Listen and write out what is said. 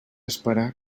esperar